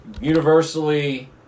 universally